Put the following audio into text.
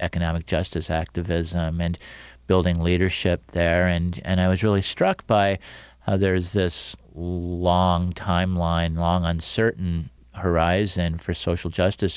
economic justice activism and building leadership there and i was really struck by how there is this long time line long uncertain horizon for social justice